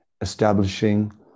establishing